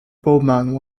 bowman